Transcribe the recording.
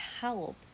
help